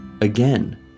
Again